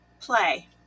play